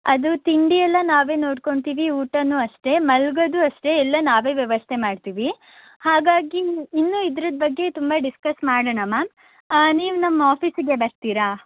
ಅದು ತಿಂಡಿಯೆಲ್ಲ ನಾವೇ ನೋಡ್ಕೊಂತೀವಿ ಊಟಾನು ಅಷ್ಟೆ ಮಲ್ಗೊದೂ ಅಷ್ಟೆ ಎಲ್ಲ ನಾವೇ ವ್ಯವಸ್ಥೆ ಮಾಡ್ತೀವಿ ಹಾಗಾಗಿ ಇನ್ನೂ ಇದ್ರದ್ದು ಬಗ್ಗೆ ತುಂಬ ಡಿಸ್ಕಸ್ ಮಾಡೋಣ ಮ್ಯಾಮ್ ನೀವು ನಮ್ಮ ಆಫೀಸಿಗೆ ಬರ್ತೀರಾ